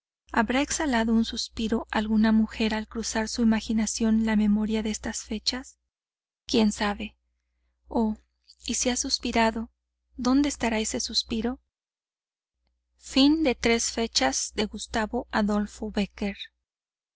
habrá exhalado un suspiro alguna mujer al cruzar su imaginación la memoria de estas fechas quién sabe oh y si ha suspirado dónde estará ese suspiro qué es wikisource políticas portal